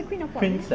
princess